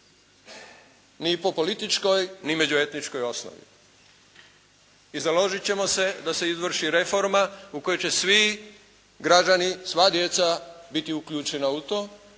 Ni po političkoj ni međuetničkoj osnovi. I založit ćemo se da se izvrši reforma u kojoj će svi građani, sva djeca biti uključena u to